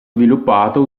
sviluppato